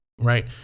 Right